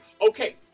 okay